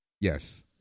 Yes